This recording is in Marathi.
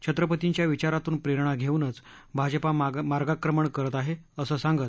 छत्रपतींच्या विचारातून प्रेरणा घेऊनच भाजपा मार्गक्रमण करत आहे अस सांगत